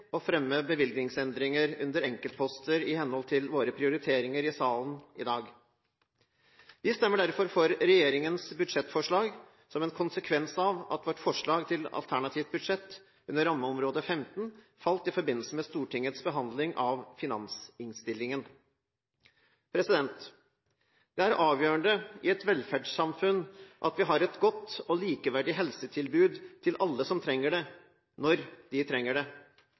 å fremme bevilgningsendringer under enkeltposter i henhold til våre prioriteringer i salen i dag. Vi stemmer derfor for regjeringens budsjettforslag, som en konsekvens av at vårt forslag til alternativt budsjett under rammeområde 15 falt i forbindelse med Stortingets behandling av finansinnstillingen. Det er avgjørende i et velferdssamfunn at vi har et godt og likeverdig helsetilbud til alle som trenger det, når de trenger det.